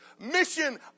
Mission